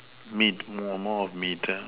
meat more more of meat ah